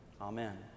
Amen